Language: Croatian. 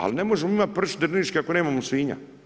Ali ne možemo imat pršut drniški ako nemamo svinja.